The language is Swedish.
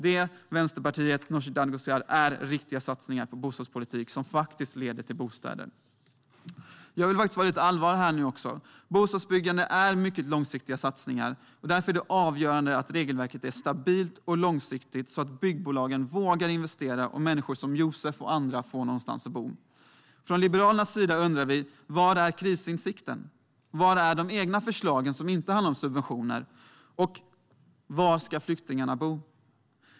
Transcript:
Detta är, Vänsterpartiet och Nooshi Dadgostar, riktiga satsningar på bostadspolitik som leder till bostäder. Jag vill vara lite allvarlig här. Bostadsbyggande är mycket långsiktiga satsningar. Därför är det avgörande att regelverket är stabilt och långsiktigt så att byggbolagen vågar investera och att människor som Josef och andra får någonstans att bo. Från Liberalernas sida undrar vi: Var är krisinsikten? Var är de egna förslagen som inte handlar om subventioner? Och var ska flyktingarna bo?